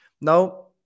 Now